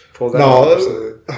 No